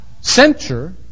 censure